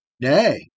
Nay